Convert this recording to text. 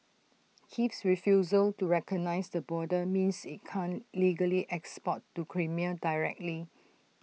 Kiev's refusal to recognise the border means IT can't legally export to Crimea directly